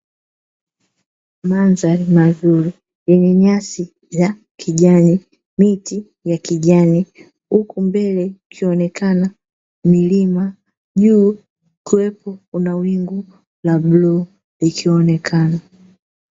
Mandhari mazuri yenye nyasi za kijani miti ya kijani, huku mbele kukionekana milima juu kukiwepo na wingu la bluu likionekana.